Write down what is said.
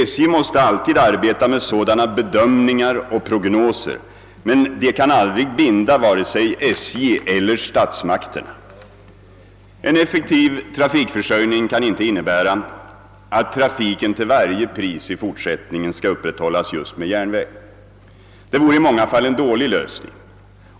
SJ måste alltid arbeta med sådana bedömningar och prognoser, men de kan aldrig binda vare sig SJ eller statsmakterna. En effektiv trafikförsörjning kan inte innebära, att trafiken till varje pris i fortsättningen skall upprätthållas just med järnväg. Det vore i många fall en dålig lösning.